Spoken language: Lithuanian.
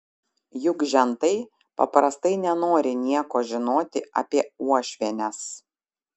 juk žentai paprastai nenori nieko žinoti apie uošvienes